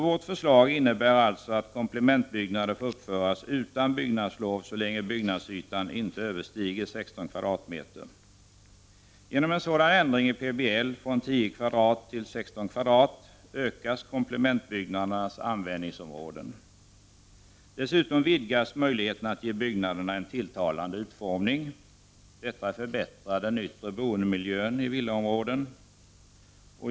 Vårt förslag innebär alltså att komplementbyggnader får uppföras utan byggnadslov så länge byggnadsytan inte överskrider 16 m?. Genom en sådan ändring i PBL, från 10 m? till 16 m?, ökas komplementbyggnadernas användningsområden. Dessutom vidgas möjligheterna att ge byggnaderna en tilltalande utformning. Detta förbättrar den yttre boendemiljön i villaområden.